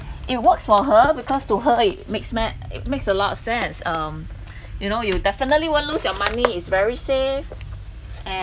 it works for her because to her it makes sense it makes a lot of sense um you know you definitely won't lose your money is very safe and